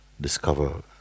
discover